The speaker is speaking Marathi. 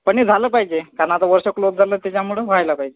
पण हे झालं पाहिजे कारण आता वर्ष क्लोज झालं त्याच्यामुळं व्हायला पाहिजे